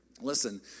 Listen